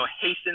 hasten